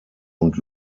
und